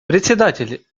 председатель